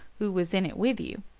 who was in it with you,